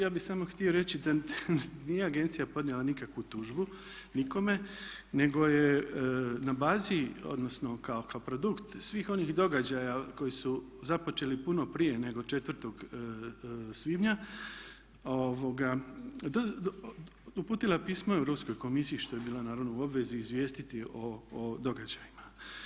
Ja bih samo htio reći da nije agencija podnijela nikakvu tužbu nikome, nego je na bazi odnosno kao kaprodukt svih onih događaja koji su započeli puno prije nego 4.svibnja upitala pismo Europskoj komisiji što je bila naravno u obvezi izvijestiti o događajima.